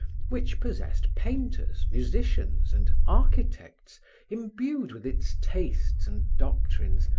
which possessed painters, musicians and architects imbued with its tastes and doctrines,